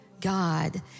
God